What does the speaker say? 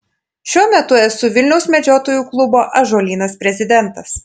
šiuo metu esu vilniaus medžiotojų klubo ąžuolynas prezidentas